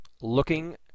looking